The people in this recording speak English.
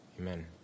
Amen